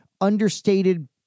understated